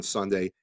Sunday